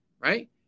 right